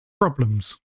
problems